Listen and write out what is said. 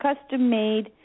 custom-made